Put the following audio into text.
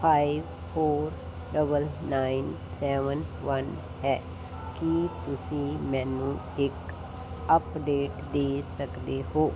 five four nine nine seven one ਹੈ ਕੀ ਤੁਸੀਂ ਮੈਨੂੰ ਇੱਕ ਅਪਡੇਟ ਦੇ ਸਕਦੇ ਹੋ